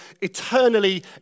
eternally